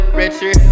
richer